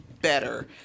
better